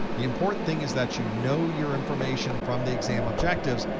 the important thing is that you know your information from the exam objectives,